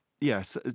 yes